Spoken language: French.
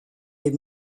des